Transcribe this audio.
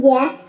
Yes